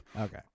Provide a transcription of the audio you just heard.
Okay